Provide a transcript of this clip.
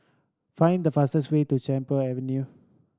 find the fastest way to Camphor Avenue